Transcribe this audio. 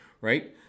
right